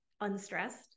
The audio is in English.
unstressed